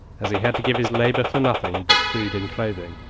as he had to give his labour for nothing but food and clothing,